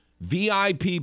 VIP